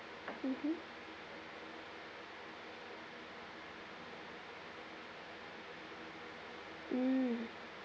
mmhmm mm